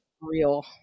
real